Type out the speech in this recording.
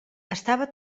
estava